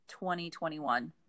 2021